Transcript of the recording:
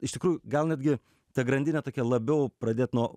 iš tikrųjų gal netgi ta grandine tokia labiau pradėt nuo